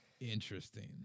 Interesting